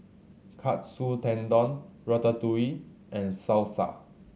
Katsu Tendon Ratatouille and Salsa